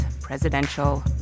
presidential